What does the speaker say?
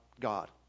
God